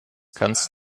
kannst